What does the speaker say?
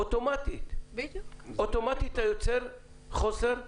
אוטומטית אתה יוצר חוסר בהסעה.